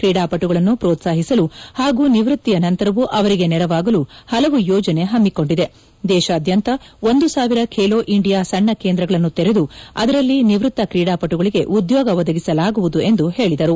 ಕ್ರೀಡಾಪಟುಗಳನ್ನು ಪ್ರೋತ್ಪಾಹಿಸಲು ಹಾಗೂ ನಿವೃತ್ತಿಯ ನಂತರವೂ ಅವರಿಗೆ ನೆರವಾಗಲು ಹಲವು ಯೋಜನೆ ಹಮ್ಮಿಕೊಂಡಿದೆ ದೇಶಾದ್ಯಂತ ಒಂದು ಸಾವಿರ ಖೇಲೋ ಇಂಡಿಯಾ ಸಣ್ಣ ಕೇಂದ್ರಗಳನ್ನು ತೆರೆದು ಅದರಲ್ಲಿ ನಿವ್ವತ್ತ ಕ್ರೀಡಾಪಟುಗಳಿಗೆ ಉದ್ಯೋಗ ಒದಗಿಸಲಾಗುವುದು ಎಂದು ಹೇಳಿದರು